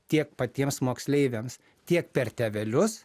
tiek patiems moksleiviams tiek per tėvelius